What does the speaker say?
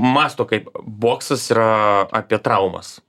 mąsto kaip boksas yra apie traumas